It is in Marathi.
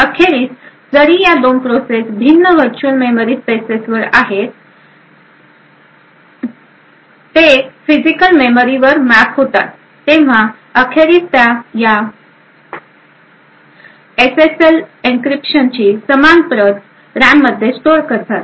अखेरीस जरी या 2 प्रोसेस भिन्न व्हर्च्युअल मेमरी स्पेसेसवर आहेत अखेरीस जेव्हा ते फिजिकल मेमरीवर मॅप होतात तेव्हा अखेरीस ते या एसएसएल एन्क्रिप्शनची समान प्रत रॅममध्ये स्टोअर करतात